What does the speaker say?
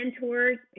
mentors